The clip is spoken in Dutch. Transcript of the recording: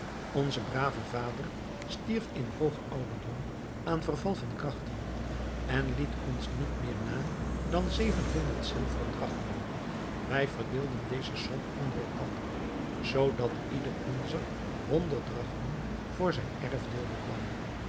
onze brave vader stierf in hoogen ouderdom aan verval van krachten en liet ons niet meer na dan zevenhonderd zilveren drachmen wij verdeelden deze som onder elkander zoodat ieder onzer honderd drachmen voor zijn erfdeel bekwam